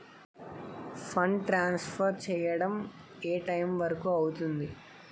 Fund transfer చేయడం ఏ time వరుకు అవుతుంది?